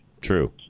True